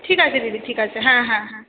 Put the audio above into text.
ঠিক আছে দিদি ঠিক আছে হ্যাঁ হ্যাঁ হ্যাঁ